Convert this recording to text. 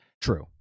True